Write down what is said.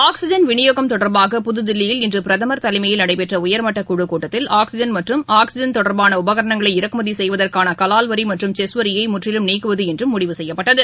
oxygen விநியோகம் தொடர்பாக புதுதில்லியில் இன்று பிரதமர் தலைமயில் நடைபெற்ற உயர்மட்டக்குழு கூட்டத்தில் ஆக்சிஜன் மற்றும் ஆக்சிஜன் தொடா்பான உபகரணங்களை இறக்குமதி செய்வதற்கான கலால் மற்றும் செஸ் வரியை முற்றிலும் நீக்குவது எனவும் முடிவு செய்யப்பட்டது